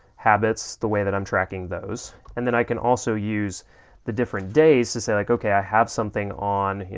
habits, the way that i'm tracking those, and then i can also use the different days to say like okay i have something on, you